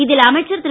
இதில் அமைச்சர் திரு